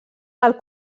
del